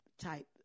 type